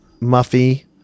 Muffy